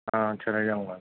ہاں چلا جاؤں گا